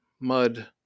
mud